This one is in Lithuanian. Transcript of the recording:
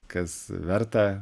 kas verta